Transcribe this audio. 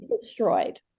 Destroyed